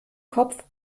kopf